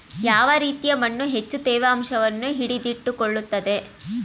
ಯಾವ ರೀತಿಯ ಮಣ್ಣು ಹೆಚ್ಚು ತೇವಾಂಶವನ್ನು ಹಿಡಿದಿಟ್ಟುಕೊಳ್ಳುತ್ತದೆ?